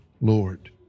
Lord